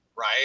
right